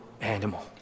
animal